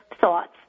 thoughts